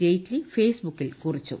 ജയ്റ്റ്ലി ഫേസ്ബുക്കിൽ കുറിച്ചു